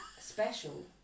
special